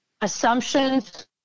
Assumptions